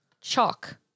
Chalk